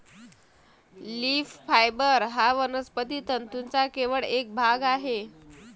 leaf fibre हा वनस्पती तंतूंचा केवळ एक भाग आहे